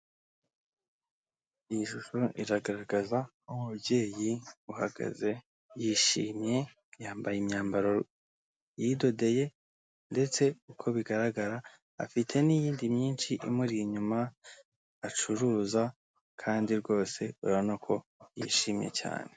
Iyi shusho iragaragaza umubyeyi uhagaze yishimye yambaye imyambaro yidodeye ndetse uko bigaragara afite n'iyindi myinshi imuri inyuma acuruza kandi rwose ubona ko yishimye cyane.